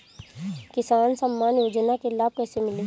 किसान सम्मान योजना के लाभ कैसे मिली?